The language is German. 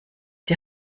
die